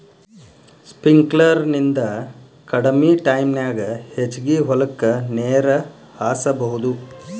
sprinkler ನಿಂದ ಕಡಮಿ ಟೈಮನ್ಯಾಗ ಹೆಚಗಿ ಹೊಲಕ್ಕ ನೇರ ಹಾಸಬಹುದು